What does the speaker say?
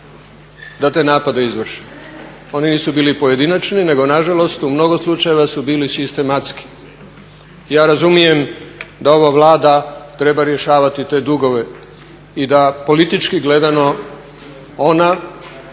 da te napade izvrše. Oni nisu bili pojedinačni nego nažalost u mnogo slučajeva su bili sistematski. Ja razumijem da ova Vlada treba rješavati te dugove i da politički gledano ona